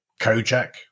Kojak